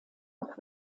auch